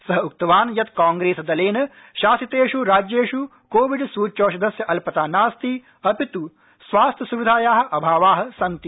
सः उक्तवान् यत् कांग्रेस दलेन शासितेष् राज्येष् कोविड सुच्यौषधस्य अल्पता न अस्ति अपित् स्वास्थ्य सुविधायाः अभावाः सन्ति